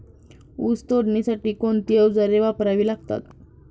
ऊस तोडणीसाठी कोणती अवजारे वापरावी लागतात?